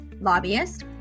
lobbyist